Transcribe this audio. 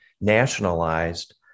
nationalized